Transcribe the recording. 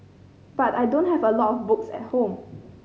but I don't have a lot of books at home